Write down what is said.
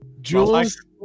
Jules